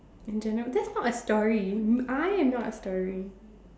in general that's not a story I am not a story